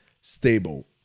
stable